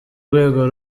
rwego